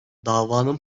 davanın